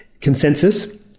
consensus